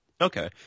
Okay